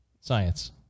Science